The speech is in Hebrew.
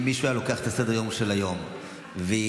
אם מישהו ייקח את סדר-היום של היום וירשום